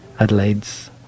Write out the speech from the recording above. Adelaide's